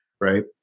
right